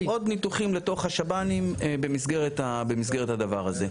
עוד ניתוחים לתוך השב"ן במסגרת הדבר הזה.